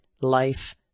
life